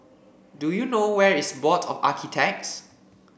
do you know where is Board of Architects